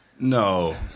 No